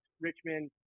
Richmond